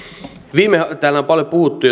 täällä on paljon puhuttu